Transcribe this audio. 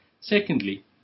Secondly